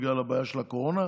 בגלל הבעיה של הקורונה.